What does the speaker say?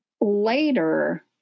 later